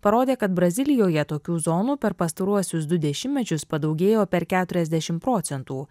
parodė kad brazilijoje tokių zonų per pastaruosius du dešimtmečius padaugėjo per keturiasdešimt procentų